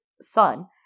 son